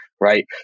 right